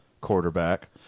quarterback